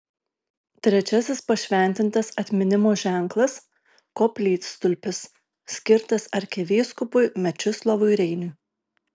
trečiasis pašventintas atminimo ženklas koplytstulpis skirtas arkivyskupui mečislovui reiniui